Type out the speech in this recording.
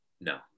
No